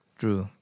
true